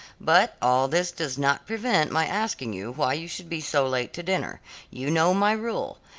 but all this does not prevent my asking you why you should be so late to dinner you know my rule,